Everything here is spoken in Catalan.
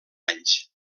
anys